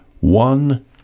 one